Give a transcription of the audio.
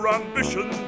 ambition